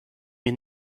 mir